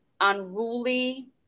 unruly